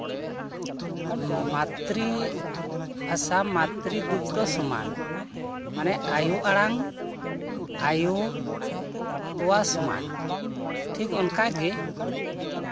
ᱩᱸ ᱢᱟᱛᱨᱤ ᱵᱷᱟᱥᱟ ᱢᱟᱛᱨᱤ ᱫᱩᱜᱽᱫᱷᱚ ᱥᱚᱢᱟᱱ ᱢᱟᱱᱮ ᱟᱭᱩ ᱟᱲᱟᱝ ᱟᱭᱩ ᱛᱚᱣᱟ ᱥᱚᱢᱟᱱ ᱴᱷᱤᱠ ᱚᱱᱠᱟ ᱜᱮ